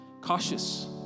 cautious